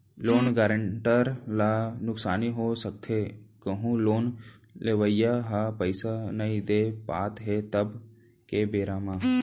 loan guarantor ल नुकसानी हो सकथे कहूँ लोन लेवइया ह पइसा नइ दे पात हे तब के बेरा म